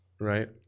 Right